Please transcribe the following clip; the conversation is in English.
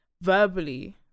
verbally